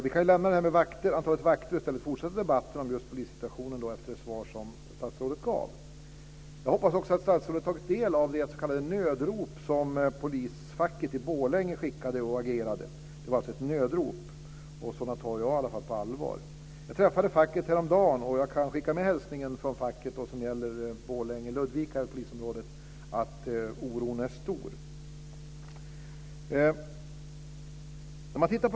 Vi kan lämna frågan om antalet vakter och i stället fortsätta debatten om polissituationen efter det svar som statsrådet gav. Jag hoppas att statsrådet har tagit del av det s.k. nödrop som polisfacket i Borlänge agerat för och skickat. Det var ett nödrop, och sådana tar i varje fall jag på allvar. Jag träffade facket häromdagen. Jag kan skicka med hälsningen från facket i polisområdet Borlänge-Ludvika att oron är stor.